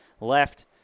left –